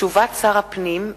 תשובת שר הפנים,